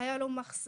היו לו מחסנים,